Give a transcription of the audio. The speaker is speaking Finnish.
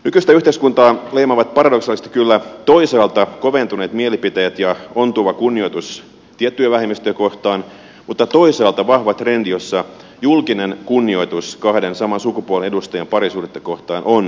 nykyistä yhteiskuntaa leimaavat paradoksaalista kyllä toisaalta koventuneet mielipiteet ja ontuva kunnioitus tiettyjä vähemmistöjä kohtaan mutta toisaalta vahva trendi jossa julkinen kunnioitus kahden saman sukupuolen edustajan parisuhdetta kohtaan on lisääntynyt